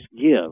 give